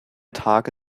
tage